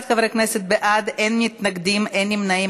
31 חברי כנסת בעד, אין מתנגדים, אין נמנעים.